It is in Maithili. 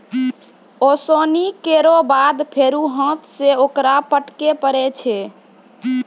ओसौनी केरो बाद फेरु हाथ सें ओकरा फटके परै छै